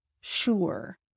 sure